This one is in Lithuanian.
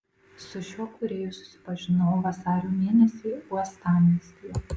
su šiuo kūrėju susipažinau vasario mėnesį uostamiestyje